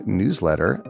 newsletter